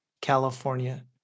California